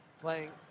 playing